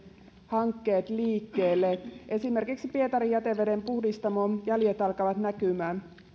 hankkeet liikkeelle esimerkiksi pietarin jätevedenpuhdistamon jäljet alkavat näkymään